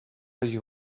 you